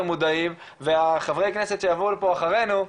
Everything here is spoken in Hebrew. מודעים והחברי כנסת שיבואו לפה אחרינו,